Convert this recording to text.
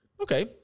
okay